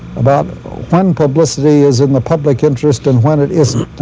about when publicity is in the public interest. and when it isn't.